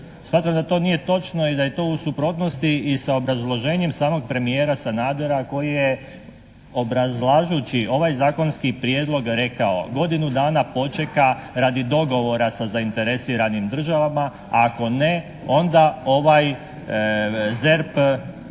Smatram da to nije točno i da je to u suprotnosti i sa obrazloženjem samog premijera Sanadera koji je obrazlažući ovaj zakonski prijedlog rekao: "Godinu dana počeka radi dogovora sa zainteresiranim državama, a ako ne onda ovaj ZERP,